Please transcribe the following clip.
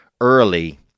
early